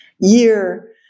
year